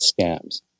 scams